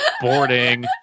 boarding